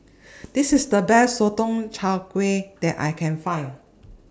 This IS The Best Sotong Char Kway that I Can found